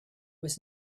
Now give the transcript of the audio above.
was